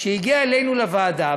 שהגיעה אלינו לוועדה,